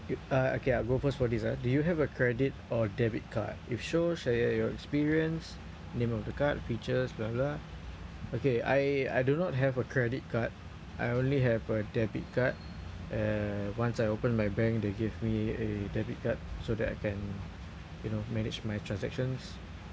uh okay I'll go first for this ah do you have a credit or debit card if so share your experience name of the card features blah blah okay I I do not have a credit card I only have a debit card uh once I open my bank they give me a debit card so that I can you know manage my transactions